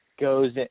goes